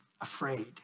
afraid